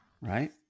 Right